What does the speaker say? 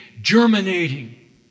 germinating